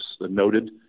noted